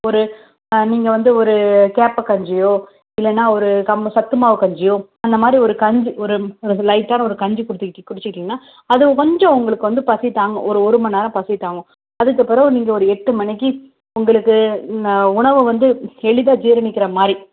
ஒரு நீங்கள் வந்து ஒரு கேப்பை கஞ்சியோ இல்லைன்னா ஒரு கம்பு சத்துமாவு கஞ்சியோ அந்தமாதிரி ஒரு கஞ்சி ஒரு ம் லைட்டான ஒரு கஞ்சி குடிச்சுகிட்டிங் குடிச்சுக்கிட்டீங்கன்னா அது கொஞ்சம் உங்களுக்கு வந்து பசி தாங்கும் ஒரு ஒரு மணி நேரம் பசி தாங்கும் அதுக்குப்பெறகு நீங்கள் ஒரு எட்டுமணிக்கு உங்களுக்கு இந்த உணவு வந்து எளிதாக ஜீரணிக்கிற மாதிரி